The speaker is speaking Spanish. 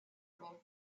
bob